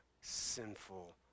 sinful